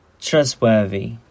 trustworthy